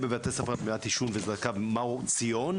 בבתי ספר לגמילת עישון ו --- מאור ציון,